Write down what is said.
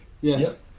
Yes